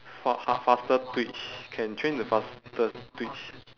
orh !huh! faster twitch can train the faster twitch